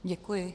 Děkuji.